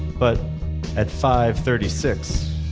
but at five thirty six,